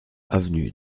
avenue